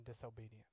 disobedience